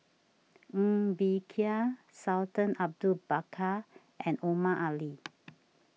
Ng Bee Kia Sultan Abu Bakar and Omar Ali